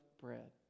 bread